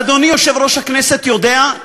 אדוני יושב-ראש הכנסת יודע,